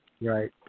Right